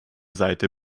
seite